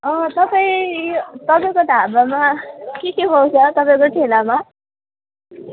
अँ तपाईँ तपाईँको त मा के के पाउँछ तपाईँको ठेलामा